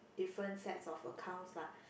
different sets of accounts lah